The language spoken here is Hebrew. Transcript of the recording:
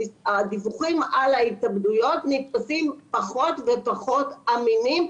הדיווחים על ההתאבדויות נתפסים פחות ופחות אמינים,